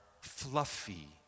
fluffy